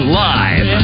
live